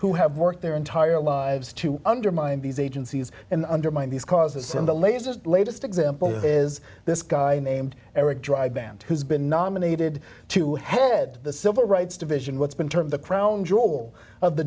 who have worked their entire lives to undermine these agencies and undermine these causes and the latest latest example is this guy named eric dr band who's been nominated to head the civil rights division what's been termed the crown jewel of the